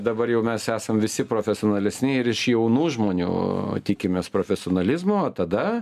dabar jau mes esam visi profesionalesni ir iš jaunų žmonių tikimės profesionalizmo tada